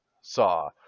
saw